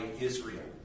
Israel